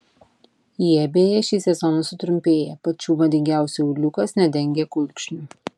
jie beje šį sezoną sutrumpėja pačių madingiausių auliukas nedengia kulkšnių